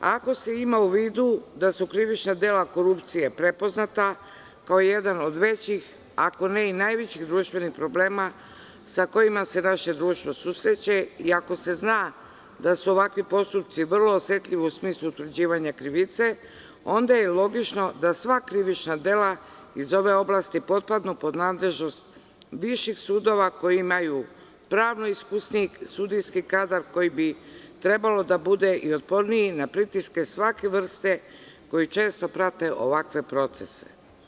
Ako se ima u vidu da su krivična dela korupcije prepoznata kao jedan od većih, ako ne i najvećih društvenih problema sa kojima se naše društvo susreće, iako se zna da su ovakvi postupci vrlo osetljivi u smislu utvrđivanja krivice, onda je logično da sva krivična dela iz ove oblasti podpadnu pod nadležnost viših sudova koji imaju pravno iskusniji sudijski kadar koji bi trebalo da bude i otporniji na pritiske svake vrste koji često prate ovakve procese.